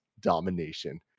domination